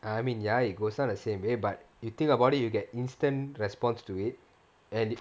I mean ya it goes out the same way but you think about it you get instant response to it and